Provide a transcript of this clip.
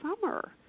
summer